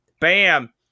Bam